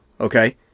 Okay